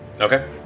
okay